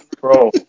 bro